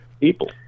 people